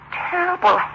terrible